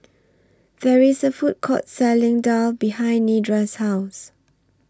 There IS A Food Court Selling Daal behind Nedra's House